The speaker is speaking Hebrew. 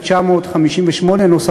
התשי"ח 1958 .